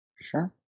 Sure